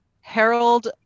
Harold